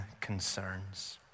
concerns